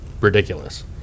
ridiculous